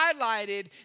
highlighted